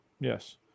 Yes